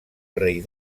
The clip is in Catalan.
rei